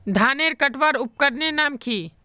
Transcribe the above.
धानेर कटवार उपकरनेर नाम की?